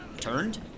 Turned